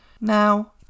Now